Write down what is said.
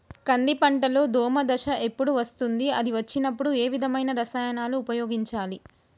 కంది పంటలో దోమ దశ ఎప్పుడు వస్తుంది అది వచ్చినప్పుడు ఏ విధమైన రసాయనాలు ఉపయోగించాలి?